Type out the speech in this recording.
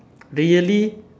really